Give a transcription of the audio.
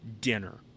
dinner